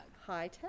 Hi